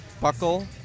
buckle